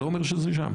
אני לא אומר שזה שם,